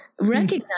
Recognize